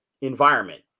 environment